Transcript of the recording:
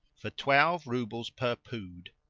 for twelve roubles per pood.